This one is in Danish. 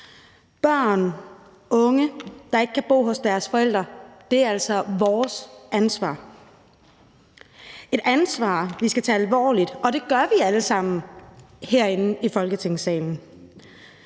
Børn og unge, der ikke kan bo hos deres forældre, er altså vores ansvar – et ansvar, vi skal tage alvorligt. Og det gør vi alle sammen herinde i Folketingssalen.